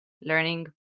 learning